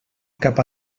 cap